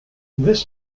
this